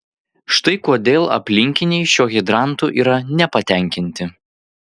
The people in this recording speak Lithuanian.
štai kodėl aplinkiniai šiuo hidrantu yra nepatenkinti